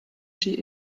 she